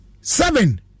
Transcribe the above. Seven